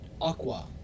Aqua